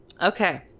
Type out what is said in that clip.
Okay